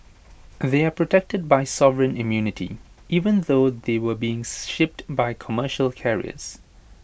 they are protected by sovereign immunity even though they were being shipped by commercial carriers